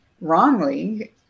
wrongly